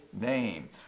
name